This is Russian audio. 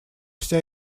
вся